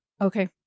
Okay